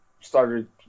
started